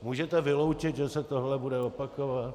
Můžete vyloučit, že se toto bude opakovat?